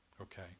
Okay